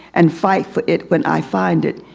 and fight for it when i find it.